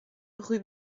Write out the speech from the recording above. rue